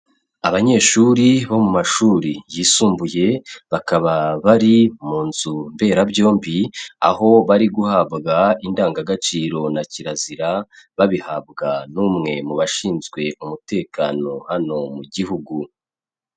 Abanyeshuri bo mu mashuri yisumbuye bakaba bari mu nzu mberabyombi, aho bari guhabwa indangagaciro na kirazira babihabwa n'umwe mu bashinzwe umutekano hano mu gihugu.